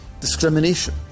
discrimination